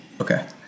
okay